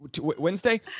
Wednesday